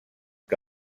que